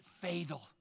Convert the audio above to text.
fatal